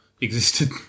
existed